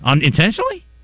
Intentionally